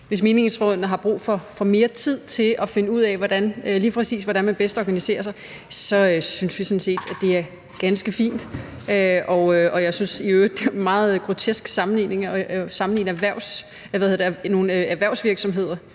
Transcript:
Hvis menighedsrådene har brug for mere tid til at finde ud af, hvordan man bedst organiserer sig, så synes vi sådan set, at det er ganske fint. Og jeg synes i øvrigt, at det er meget grotesk at sammenligne nogle private erhvervsvirksomheder